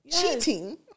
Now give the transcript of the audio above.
cheating